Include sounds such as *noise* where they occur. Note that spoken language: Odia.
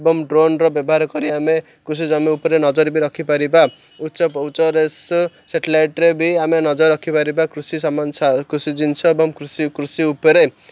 ଏବଂ ଡ୍ରୋନ୍ର ବ୍ୟବହାର କରି ଆମେ କୃଷି ଜମି ଉପରେ ନଜର ବି ରଖିପାରିବା ଉଚ୍ଚ ଉଚ୍ଚରେ *unintelligible* ସାଟେଲାଇଟ୍ରେ ବି ଆମେ ନଜର ରଖିପାରିବା କୃଷି କୃଷି ଜିନିଷ ଏବଂ କୃଷି କୃଷି ଉପରେ